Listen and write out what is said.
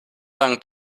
dank